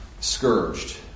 scourged